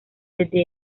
the